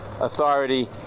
authority